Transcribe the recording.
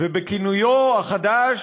ובכינויו החדש: